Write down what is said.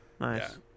Nice